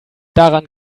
daran